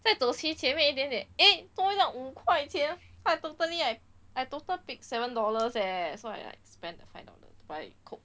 在走去前面一点点 eh 多一个五块钱 I totally I I total picked seven dollars eh so I spent five dollars buy the coke